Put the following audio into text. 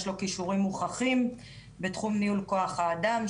יש לו כישורים מוכחים בתחום ניהול כוח האדם,